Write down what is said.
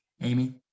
Amy